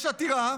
יש עתירה